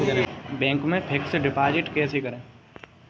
Bank में fix deposit कैसे करें?